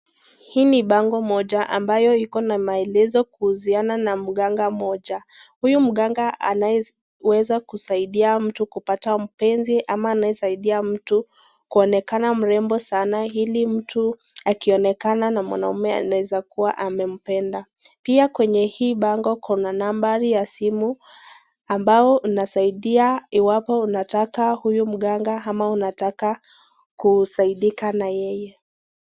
Hii ni bango moja ambayo ikona maelezo kuhusiana na mganga mmoja huyu mganga, huweza kusaidia mtu kupata mpenzi, ama anaweza saidia mtu kuonekana mrembo sana, hili mtu akionekana na mwanaume anaezakua amempenda, pia kwenye hii bongo kuna nambari ya simu ambao inasaidia iwapo huyu mganga kama unataka kusaidika na yeye.